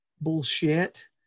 bullshit